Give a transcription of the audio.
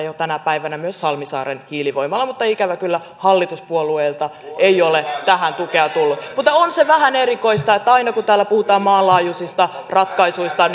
jo tänä päivänä myös salmisaaren hiilivoimalan mutta ikävä kyllä hallituspuolueilta ei ole tähän tukea tullut mutta on se vähän erikoista että aina kun täällä puhutaan maanlaajuisista ratkaisuista